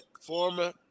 former